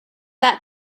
that